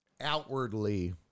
outwardly